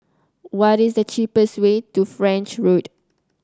what is the cheapest way to French Road